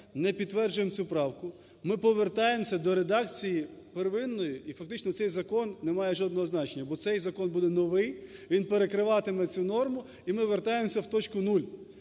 не підтверджуємо цю правку, ми повертаємося до редакції первинної і фактично цей закон не має жодного значення, бо цей закон буде новий, він перекриватиме цю норму і ми вертаємося в точку нуль.